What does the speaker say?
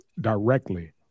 directly